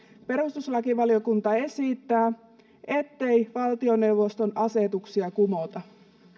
perustuslakivaliokunta esittää ettei valtioneuvoston asetuksia kumota